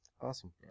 awesome